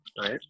Right